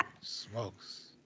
smokes